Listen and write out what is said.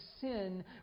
sin